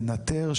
לנטר,